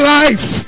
life